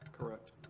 correct.